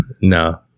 No